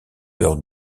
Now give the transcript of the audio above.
peur